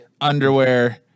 underwear